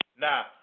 Now